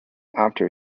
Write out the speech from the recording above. after